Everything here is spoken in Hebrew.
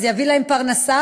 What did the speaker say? וזה יביא להם פרנסה,